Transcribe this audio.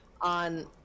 on